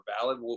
valid